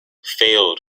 failed